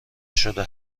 شده